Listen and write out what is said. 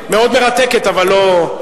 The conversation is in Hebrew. מאוד מרתקת, אבל לא.